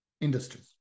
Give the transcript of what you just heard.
industries